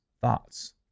thoughts